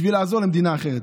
בשביל לעזור למדינה אחרת.